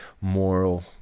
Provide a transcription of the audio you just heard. moral